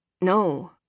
No